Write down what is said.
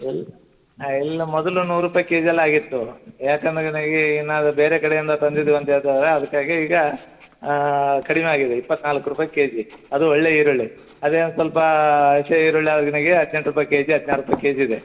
ಇಲ್ಲ ಹಾಂ ಇಲ್ಲ ಮೊದಲು ನೂರು ರೂಪಾಯಿ ಕೆ ಜಿ ಎಲ್ಲ ಆಗಿತ್ತು ಏಕಂದ್ರೆ ನನಗೆ ಏನಾದರು ಬೇರೆ ಕಡೆಯಿಂದ ತಂದಿದೀವಿ ಅಂತ ಹೇಳ್ತಾ ಇದ್ದಾರೆ ಅದಕ್ಕಾಗಿ ಈಗ ಕಡಿಮೆ ಆಗಿದೆ ಇಪ್ಪತ್ನಾಲ್ಕು ರೂಪಾಯಿ ಕೆ ಜಿ ಅದು ಒಳ್ಳೆಯ ಈರುಳ್ಳಿ ಅದೇ ಒಂದು ಸ್ವಲ್ಪ ಹಸಿ ಈರುಳ್ಳಿ ಆದರೆ ನನಗೆ ಹದಿನೆಂಟು ರೂಪಾಯಿ ಕೆ ಜಿ ಹದಿನಾರು ರೂಪಾಯಿ ಕೆ ಜಿ ಇದೆ